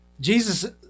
Jesus